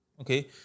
okay